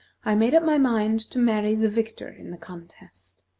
i made up my mind to marry the victor in the contest.